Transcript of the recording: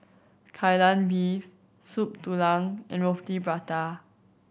Kai Lan Beef Soup Tulang and Roti Prata